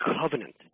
covenant